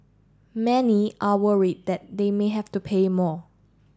many are worried that they may have to pay more